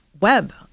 web